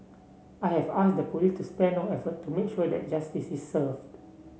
I have asked the police to spare no effort to make sure that justice is served